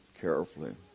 carefully